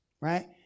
Right